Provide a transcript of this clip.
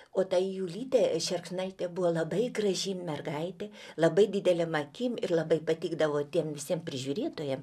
o ta julytė šerkšnaitė buvo labai graži mergaitė labai didelėm akim ir labai patikdavo tiem visiem prižiūrėtojam